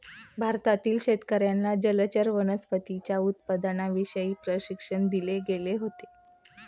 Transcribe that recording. भारतातील शेतकर्यांना जलचर वनस्पतींच्या उत्पादनाविषयी प्रशिक्षण दिले गेले होते